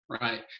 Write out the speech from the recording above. Right